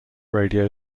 radio